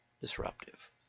disruptive